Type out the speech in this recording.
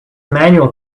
manuel